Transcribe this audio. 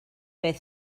beth